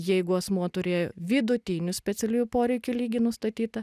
jeigu asmuo turėjo vidutinių specialiųjų poreikių lygį nustatytą